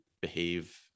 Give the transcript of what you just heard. behave